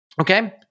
okay